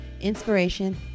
inspiration